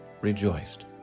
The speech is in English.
rejoiced